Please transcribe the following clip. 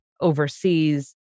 overseas